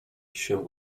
się